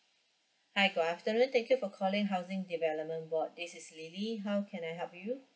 hi good afternoon thank you for calling housing development board this is lily how can I help you